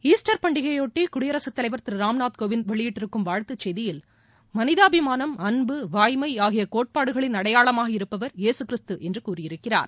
Easter பண்டிகையை ஒட்டி குடியரசுத் தலைவர் திரு ராம்நாத் கோவிந்த் வெளியிட்டிருக்கும் வாழ்த்துச் செய்தியில் மனிதாபிமானம் அன்பு வாய்மை ஆகிய கோட்பாடுகளின் அடையாளமாக இருப்பவர் இயேசு கிறித்து என்று கூறியிருக்கிறார்